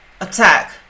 attack